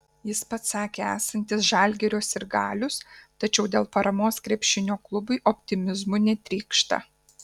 jis pats sakė esantis žalgirio sirgalius tačiau dėl paramos krepšinio klubui optimizmu netrykšta